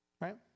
Right